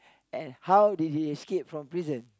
and how did he escaped from prison